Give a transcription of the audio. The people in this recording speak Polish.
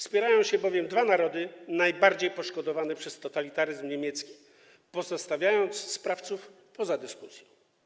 Spierają się bowiem dwa narody najbardziej poszkodowane przez totalitaryzm niemiecki, pozostawiając sprawców poza dyskusją.